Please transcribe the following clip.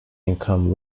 income